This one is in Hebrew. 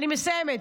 אני מסיימת,